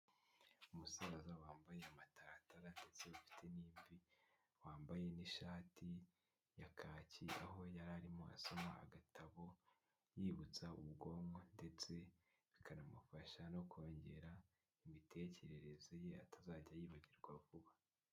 Umusaza wambaye amataratara ndetse ufite n’imvi wambaye ishati ya kaki aho yararimo asoma agatabo yibutsa ubwonko ndetse bikanamufasha no kongera imitekerereze ye atazajya yibagirwa vuba.